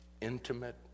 intimate